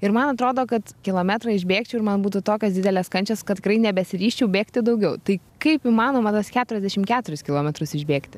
ir man atrodo kad kilometrą išbėgčiau ir man būtų tokios didelės kančios kad tikrai nebesiryžčiau bėgti daugiau tai kaip įmanoma tuos keturiasdešim keturis kilometrus išbėgti